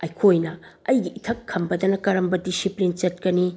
ꯑꯩꯈꯣꯏꯅ ꯑꯩꯒꯤ ꯏꯊꯛ ꯊꯪꯕꯗꯅ ꯀꯔꯝꯕ ꯗꯤꯁꯤꯄ꯭ꯂꯤꯟ ꯆꯠꯀꯅꯤ